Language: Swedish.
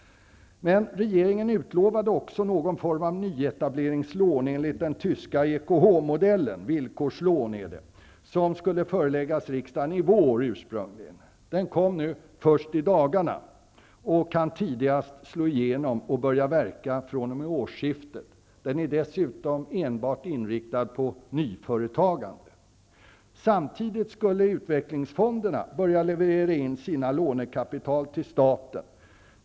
Regeringen utlovade också förslag om någon form av nyetableringslån enligt den tyska s.k. EKH modellen, villkorslån, som ursprungligen skulle föreläggas riksdagen i vår. Förslaget kom först nu i dagarna och kan tidigast slå igenom och börja verka fr.o.m. årsskiftet. Det är dessutom inriktat enbart på nyföretagande. Samtidigt skulle utvecklingsfonderna börja leverera in lånekapital till staten.